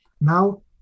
now